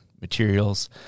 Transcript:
materials